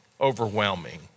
overwhelming